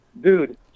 dude